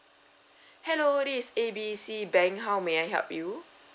hello this is A B C bank how may I help you